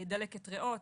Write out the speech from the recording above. דלקת ריאות,